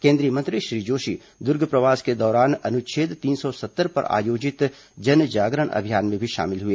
केन्द्रीय मंत्री श्री जोशी दुर्ग प्रवास के दौरान अनुच्छेद तीन सौ सत्तर पर आयोजित जन जागरण अभियान में भी शामिल हुए